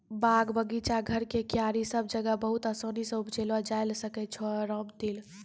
बाग, बगीचा, घर के क्यारी सब जगह बहुत आसानी सॅ उपजैलो जाय ल सकै छो रामतिल